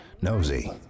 Nosy